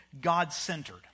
God-centered